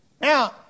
Now